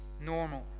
normal